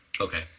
Okay